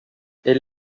elle